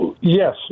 yes